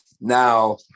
Now